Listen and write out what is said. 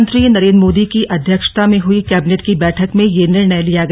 प्रधानमंत्री नरेन्द्र मोदी की अध्यक्षता में हुई कैबिनेट की बैठक में यह निर्णय लिया गया